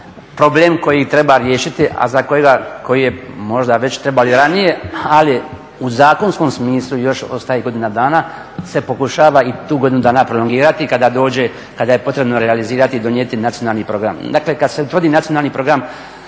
problem koji treba riješiti a koji je možda već trebao i ranije ali u zakonskom smislu još ostaje godina dana se pokušava i tu godinu dana prolongirati kada je potrebno realizirati i donijeti nacionalni program. Dakle, kad se utvrdi nacionalni program